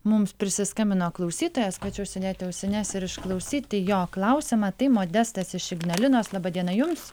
mums prisiskambino klausytojas kviečiu užsidėti ausines ir išklausyti jo klausimą tai modestas iš ignalinos laba diena jums